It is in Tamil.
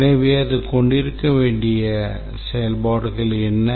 எனவே அது கொண்டிருக்க வேண்டிய செயல்பாடுகள் என்ன